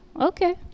Okay